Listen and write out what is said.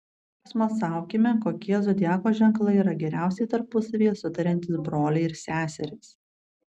pasmalsaukime kokie zodiako ženklai yra geriausiai tarpusavyje sutariantys broliai ir seserys